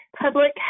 public